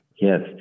Yes